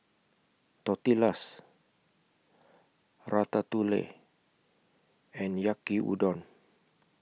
Tortillas Ratatouille and Yaki Udon